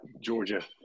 Georgia